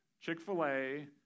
Chick-fil-A